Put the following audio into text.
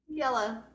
yellow